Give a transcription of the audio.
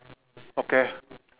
okay